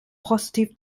positiv